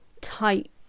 tight